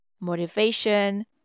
motivation